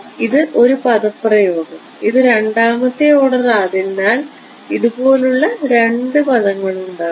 ഇത് ഒരു പദപ്രയോഗം ഇത് രണ്ടാമത്തെ ഓർഡർ ആയതിനാൽ ഇതുപോലെ രണ്ടു പദങ്ങൾ ഉണ്ടാകും